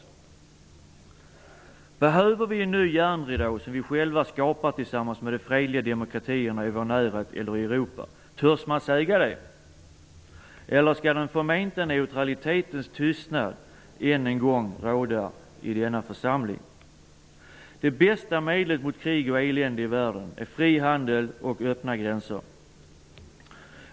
Behöver vi en ny järnridå, som vi själva skapar tillsammans med de fredliga demokratierna i vår närhet eller i Europa? Törs man säga det? Eller skall den förmenta neutralitetens tystnad än en gång råda i denna församling? Det bästa medlet mot krig och elände i världen är fri handel och öppna gränser.